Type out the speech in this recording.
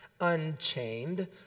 unchained